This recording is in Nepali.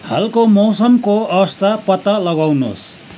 हालको मौसमको अवस्था पत्ता लगाउनुहोस्